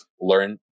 learn